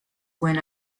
went